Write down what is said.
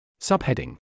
Subheading